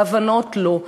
וההבנות לא.